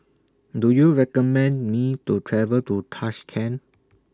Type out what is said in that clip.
Do YOU recommend Me to travel to Tashkent